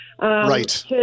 right